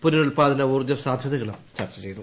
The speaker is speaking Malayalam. പുനരുൽപാദന ഊർജ്ജസാധ്യതകളും ചർച്ച ചെയ്തു